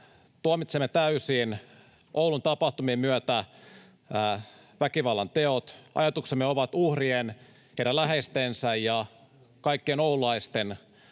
tuomitsemme täysin väkivallanteot. Ajatuksemme ovat uhrien, heidän läheistensä ja kaikkien oululaisten